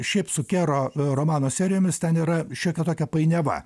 šiaip su kero romano serijomis ten yra šiokia tokia painiava